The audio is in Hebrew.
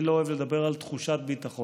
אני לא אוהב לדבר על תחושת ביטחון,